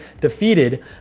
defeated